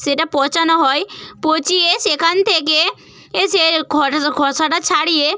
সেটা পচানো হয় পচিয়ে সেখান থেকে এ সে খোসাটা ছাড়িয়ে